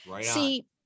See